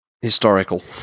Historical